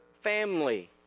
family